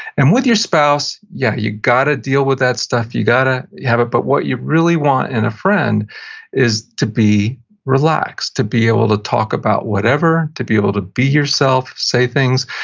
and with your spouse, yeah, you got to deal with that stuff, you got to have it, but what you really want in a friend is to be relaxed, is to be able to talk about whatever, to be able to be yourself, say things,